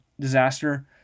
disaster